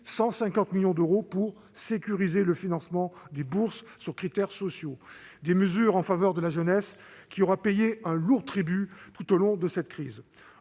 150 millions d'euros pour sécuriser le financement des bourses sur critères sociaux : autant de mesures en faveur de la jeunesse, qui aura payé un lourd tribut à cette crise.